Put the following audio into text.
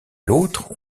l’autre